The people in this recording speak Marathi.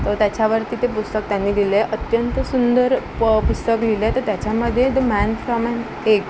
तर त्याच्यावरती ते पुस्तक त्यांनी दिलं आहे अत्यंत सुंदर प पुस्तक लिहिलं आहे तर त्याच्यामध्ये द मॅन फ्रॉम ॲन एक्